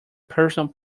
personal